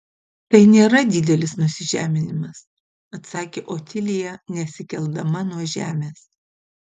tai nėra didelis nusižeminimas atsakė otilija nesikeldama nuo žemės